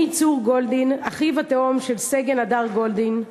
"אני צור גולדין, אחיו התאום של סגן הדר גולדין,